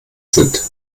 sind